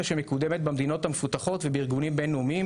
שמקודמת במדינות המפותחות ובארגונים בין-לאומיים.